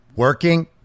working